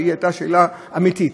שהיא הייתה שאלה אמיתית,